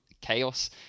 chaos